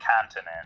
continent